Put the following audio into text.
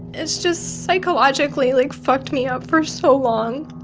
it's just psychologically, like, fucked me up for so long